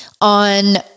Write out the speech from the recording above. On